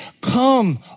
come